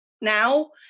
now